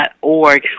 org